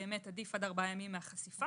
באמת עדיף עד ארבעה ימים מהחשיפה.